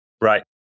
Right